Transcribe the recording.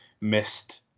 missed